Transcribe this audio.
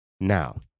Now